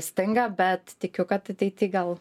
stinga bet tikiu kad ateity gal